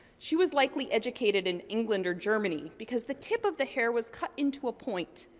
she was likely educated in england or germany, because the tip of the hair was cut into a point,